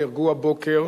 נהרגו הבוקר